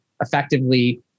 effectively